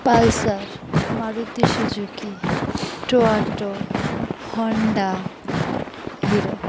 pulsar Maruti Suzuki Toyota Honda hero